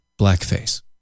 Blackface